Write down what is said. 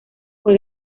fue